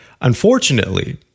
unfortunately